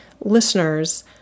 listeners